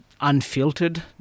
unfiltered